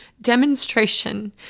demonstration